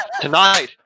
Tonight